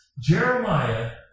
Jeremiah